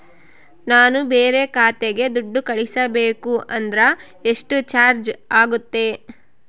ನಾನು ಬೇರೆ ಖಾತೆಗೆ ದುಡ್ಡು ಕಳಿಸಬೇಕು ಅಂದ್ರ ಎಷ್ಟು ಚಾರ್ಜ್ ಆಗುತ್ತೆ?